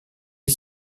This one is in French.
est